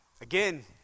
Again